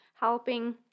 helping